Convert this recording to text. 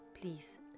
please